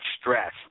stress